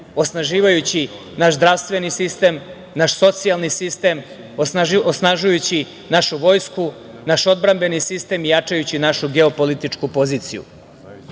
osnaživajući naš zdravstveni sistem, naš socijalni sistem, osnažujući našu vojsku, naš odbrambeni sistem i jačajući našu geopolitičku poziciju. Ono